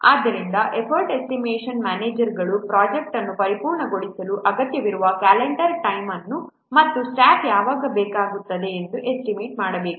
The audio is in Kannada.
ಆದ್ದರಿಂದ ಎಫರ್ಟ್ ಎಸ್ಟಿಮೇಷನ್ ಮ್ಯಾನೇಜರ್ಗಳು ಪ್ರೊಜೆಕ್ಟ್ ಅನ್ನು ಪೂರ್ಣಗೊಳಿಸಲು ಅಗತ್ಯವಿರುವ ಕ್ಯಾಲೆಂಡರ್ ಟೈಮ್ ಅನ್ನು ಮತ್ತು ಸ್ಟಾಫ್ ಯಾವಾಗ ಬೇಕಾಗುತ್ತದೆ ಎಂದು ಎಸ್ಟಿಮೇಟ್ ಮಾಡಬೇಕು